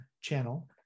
channel